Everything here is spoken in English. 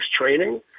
training